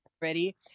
Ready